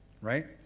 right